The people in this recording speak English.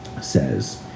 says